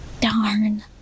Darn